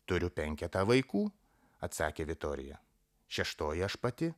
turiu penketą vaikų atsakė vitorija šeštoji aš pati